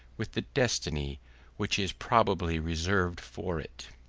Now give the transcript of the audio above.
with the destiny which is probably reserved for it.